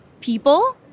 people